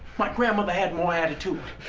my grandmother had more attitude,